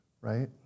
right